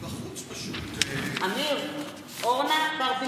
בעד סמי אבו שחאדה, בעד אורנה ברביבאי,